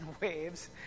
waves